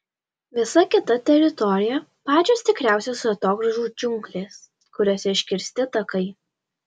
visa kita teritorija pačios tikriausios atogrąžų džiunglės kuriose iškirsti takai